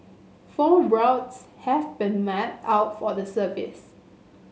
four routes have been mapped out for the service